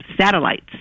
satellites